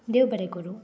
देव बरें करूं